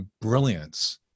brilliance